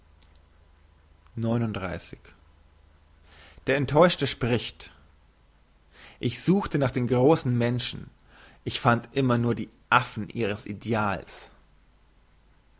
der enttäuschte spricht ich suchte nach grossen menschen ich fand immer nur die affen ihres ideals